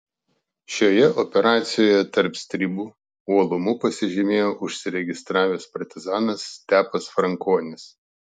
šioje operacijoje tarp stribų uolumu pasižymėjo užsiregistravęs partizanas stepas frankonis